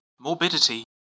Morbidity